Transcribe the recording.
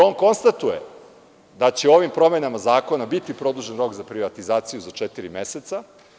On konstatuje da će ovim promenama zakona, biti produžen rok za privatizaciju za četiri meseca.